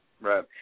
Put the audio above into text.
Right